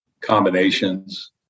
combinations